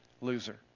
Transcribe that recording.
loser